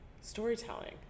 storytelling